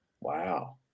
Wow